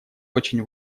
очень